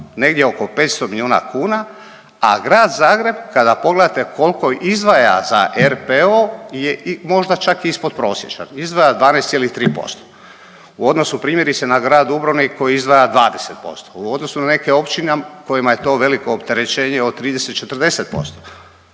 negdje oko 500 milijuna kuna, a Grad Zagreb kada pogledate koliko izdvaja za RPO je možda čak ispodprosječan, izdvaja 12,3% u odnosu primjerice na Grad Dubrovnik koji izdvaja 20%, u odnosu na neke općine kojima je to veliko opterećenje od 30, 40%.